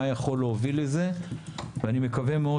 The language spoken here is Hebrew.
מה יכול להוביל לזה אני מקווה מאוד